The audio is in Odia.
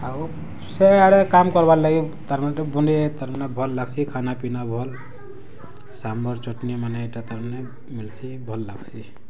ଆଉ ସେଆଡ଼େ କାମ୍ କର୍ବାର୍ ଲାଗି ତାର୍ ମାନେ ତାର୍ ମାନେ ଭଲ୍ ଲାଗ୍ସି ଖାନାପିନା ଭଲ୍ ସାମ୍ବର୍ ଚଟନି ମାନେ ଇଟା ତାର୍ ମାନେ ମିଲ୍ସି ଭଲ୍ ଲାଗ୍ସି